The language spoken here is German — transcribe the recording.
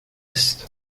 ist